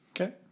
Okay